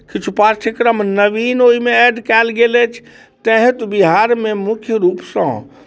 किछु पाठ्यक्रम नवीन ओहिमे एड कयल गेल अइ ताहि हेतु बिहारमे मुख्य रूपसँ